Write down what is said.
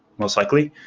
most likely.